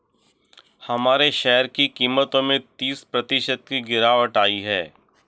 हमारे शेयर की कीमतों में तीस प्रतिशत की गिरावट आयी है